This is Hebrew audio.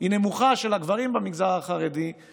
של הגברים במגזר החרדי היא נמוכה,